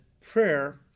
Prayer